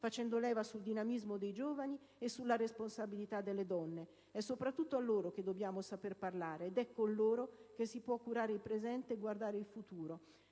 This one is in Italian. facendo leva sul dinamismo dei giovani e sulla responsabilità delle donne. È soprattutto a loro che dobbiamo saper parlare ed è con loro che si può curare il presente e guardare al futuro.